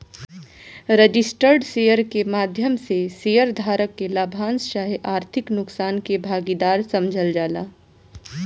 registered share के माध्यम से शेयर धारक के लाभांश चाहे आर्थिक नुकसान के भागीदार समझल जाला